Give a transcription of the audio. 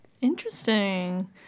Interesting